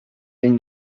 been